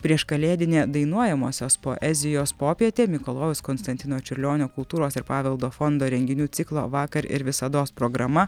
prieškalėdinė dainuojamosios poezijos popietė mikalojaus konstantino čiurlionio kultūros ir paveldo fondo renginių ciklo vakar ir visados programa